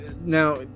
now